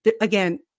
again